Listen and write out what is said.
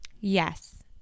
yes